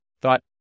thought